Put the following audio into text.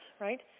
right